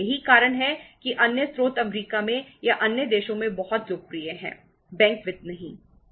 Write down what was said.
यही कारण है कि अन्य स्रोत अमेरिका में या अन्य देशों में बहुत लोकप्रिय हैं बैंक वित्त नहीं